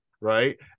right